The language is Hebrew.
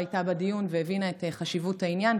שהייתה בדיון והבינה את חשיבות העניין,